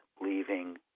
leaving